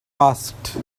asked